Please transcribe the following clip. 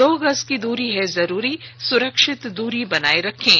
दो गज की दूरी है जरूरी सुरक्षित दूरी बनाए रखें